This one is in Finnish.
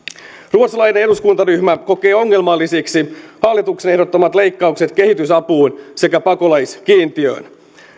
ruotsalainen eduskuntaryhmä kokee ongelmallisiksi hallituksen ehdottamat leikkaukset kehitysapuun sekä pakolaiskiintiöön